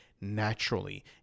naturally